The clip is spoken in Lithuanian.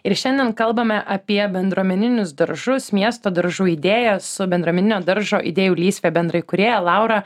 ir šiandien kalbame apie bendruomeninius daržus miesto daržų idėją su bendruomeninio daržo idėjų lysve bendraįkūrėja laura